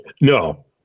no